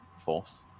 force